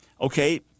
Okay